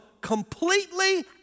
completely